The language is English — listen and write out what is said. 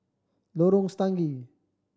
Lorong Stangee